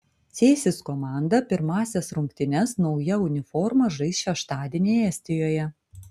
cėsis komanda pirmąsias rungtynes nauja uniforma žais šeštadienį estijoje